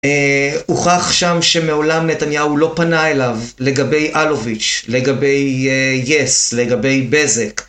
הוכח שם שמעולם נתניהו לא פנה אליו לגבי אלוביץ', לגבי יס', לגבי בזק.